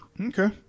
Okay